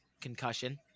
concussion